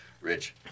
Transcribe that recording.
Rich